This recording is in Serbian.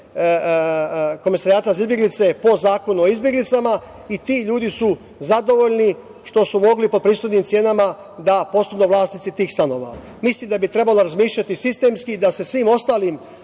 Komesarijata za izbeglice, po Zakonu o izbeglicama, i ti ljudi su zadovoljni što su mogli po pristojnim cenama da postanu vlasnici tih stanova. Mislim da bi trebalo razmišljati sistemski, da se svim ostalim